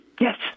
Yes